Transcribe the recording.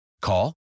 Call